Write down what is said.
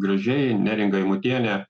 gražiai neringa eimutienė